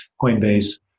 Coinbase